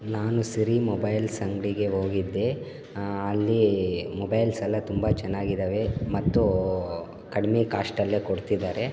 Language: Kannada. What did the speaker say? ನಾನು ಸಿರಿ ಮೊಬೈಲ್ಸ್ ಅಂಗಡಿಗೆ ಹೋಗಿದ್ದೆ ಅಲ್ಲಿ ಮೊಬೈಲ್ಸ್ ಎಲ್ಲ ತುಂಬ ಚೆನ್ನಾಗಿದವೆ ಮತ್ತು ಕಡಿಮೆ ಕಾಸ್ಟಲ್ಲೇ ಕೊಡ್ತಿದಾರೆ